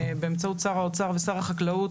באמצעות שר האוצר ושר החקלאות,